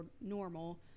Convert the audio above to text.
normal